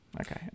okay